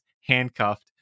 handcuffed